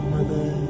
Mother